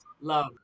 Love